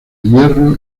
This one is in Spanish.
hierro